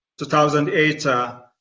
2008